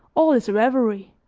all is reverie.